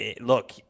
look